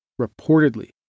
Reportedly